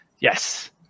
yes